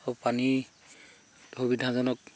আৰু পানী সুবিধাজনক